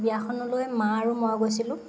বিয়াখনলৈ মা আৰু মই গৈছিলোঁ